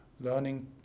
learning